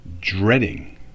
Dreading